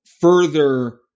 further